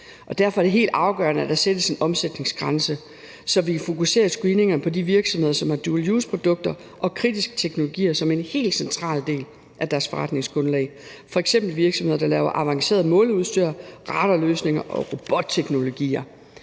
Derfor er det helt afgørende, at der sættes en omsætningsgrænse, så vi fokuserer screeningerne på de virksomheder, som har dual use-produkter og kritiske teknologier som en helt central del af deres forretningsgrundlag, f.eks. virksomheder, der laver avanceret måleudstyr, radarløsninger og robotteknologier.